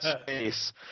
space